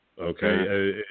okay